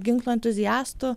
ginklų entuziastų